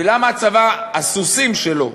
ולמה הצבא, הסוסים שלו,